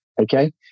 Okay